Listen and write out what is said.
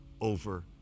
over